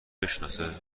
بشناسه